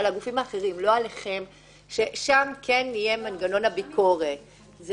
שם יהיה מנגנון ביקורת.